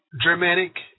Germanic